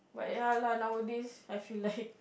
ya lah nowadays I feel like